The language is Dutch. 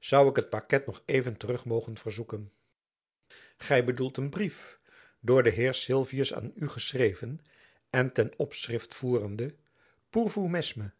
zoû ik het paket nog even terug mogen verzoeken gy bedoelt èen brief door den heer sylvius aan u geschreven en ten opschrift voerende pour vous mesme